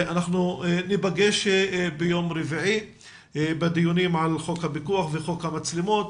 אנחנו ניפגש ביום רביעי בדיונים על חוק הפיקוח וחוק המצלמות.